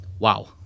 Wow